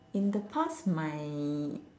in the past my